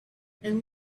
and